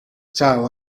chao